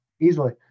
easily